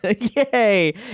Yay